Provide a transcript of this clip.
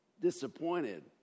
disappointed